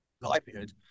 livelihood